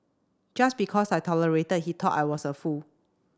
just because I tolerated he thought I was a fool